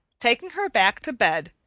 taking her back to bed,